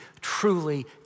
truly